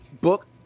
book